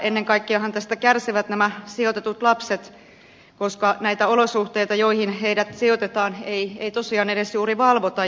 ennen kaikkeahan tästä kärsivät nämä sijoitetut lapset koska näitä olosuhteita joihin heidät sijoitetaan ei tosiaan edes juuri valvota